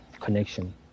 Connection